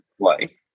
play